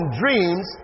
dreams